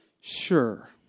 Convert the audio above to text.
sure